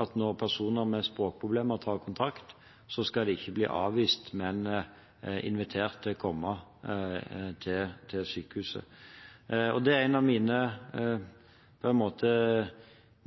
at når personer med språkproblemer tar kontakt, skal de ikke bli avvist, men bli invitert til å komme til sykehuset. En